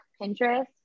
Pinterest